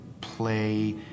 play